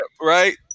right